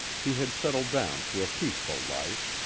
he had settled down to a peaceful life.